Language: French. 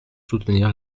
soutenir